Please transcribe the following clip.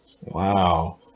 Wow